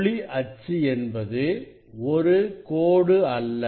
ஒளி அச்சு என்பது ஒரு கோடு அல்ல